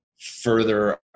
further